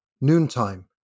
Noontime